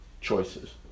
choices